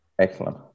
Excellent